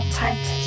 tight